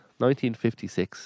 1956